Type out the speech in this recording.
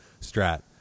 Strat